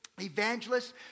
Evangelists